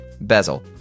Bezel